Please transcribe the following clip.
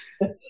Yes